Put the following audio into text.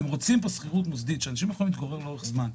אם רוצים פה שכירות מוסדית שאנשים יכולים להתגורר לאורך זמן,